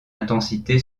intensité